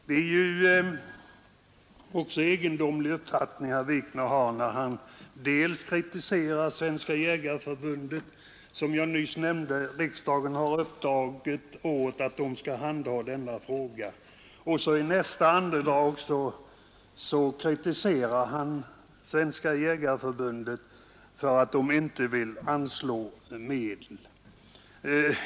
Det är också egendomligt att herr Wikner dels kritiserar Svenska jägareförbundet åt vilket, som jag nyss nämnde, riksdagen uppdragit att handha denna verksamhet, dels i nästa andetag talar för att det skall anslå medel till ett annat förbund.